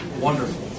wonderful